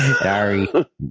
Sorry